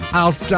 out